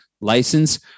license